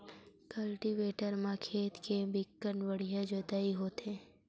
cultivator म खेत के बिकट बड़िहा जोतई होथे